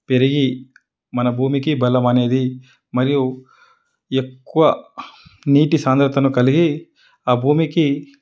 పెరిగి మన భూమికి బలం అనేది మరియు ఎక్కువ నీటి సాంద్రతను కలిగి ఆ భూమికి